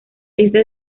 esta